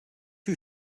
you